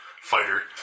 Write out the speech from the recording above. fighter